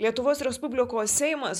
lietuvos respublikos seimas